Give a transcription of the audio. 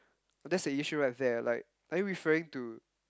that's the issue right there like are you referring to